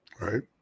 right